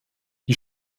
die